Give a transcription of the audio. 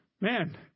Man